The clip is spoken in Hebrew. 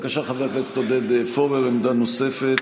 בבקשה, חבר הכנסת עודד פורר, עמדה נוספת.